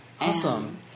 Awesome